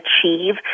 achieve